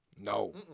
No